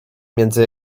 między